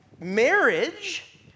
marriage